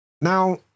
Now